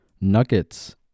Nuggets